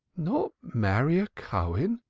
not marry a cohen?